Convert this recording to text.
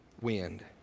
wind